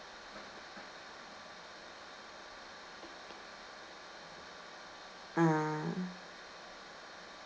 ah